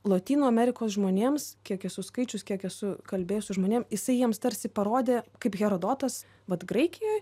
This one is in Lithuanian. lotynų amerikos žmonėms kiek esu skaičius kiek esu kalbėjus su žmonėm jisai jiems tarsi parodė kaip herodotas vat graikijoj